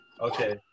Okay